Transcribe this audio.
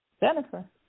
Jennifer